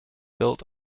built